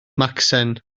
macsen